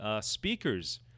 speakers